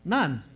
None